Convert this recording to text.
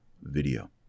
video